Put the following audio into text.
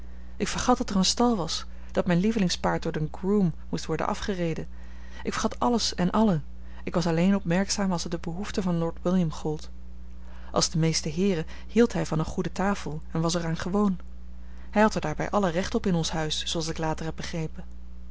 ik vergat dat er een stal was dat mijn lievelingspaard door den groom moest worden afgereden ik vergat alles en allen ik was alleen opmerkzaam als het de behoeften van lord william gold als de meeste heeren hield hij van eene goede tafel en was er aan gewoon hij had er daarbij alle recht op in ons huis zooals ik later heb begrepen